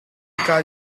kaa